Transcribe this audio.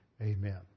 Amen